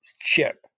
chip